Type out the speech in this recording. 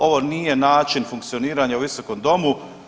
Ovo nije način funkcioniranja u visokom domu.